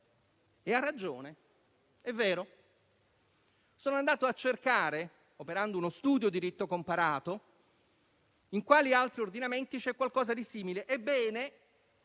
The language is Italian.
Ha ragione, è vero. Sono andato a cercare, operando uno studio di diritto comparato, in quali altri ordinamenti c'è qualcosa di simile: ebbene,